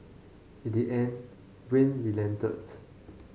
in the end Wayne relented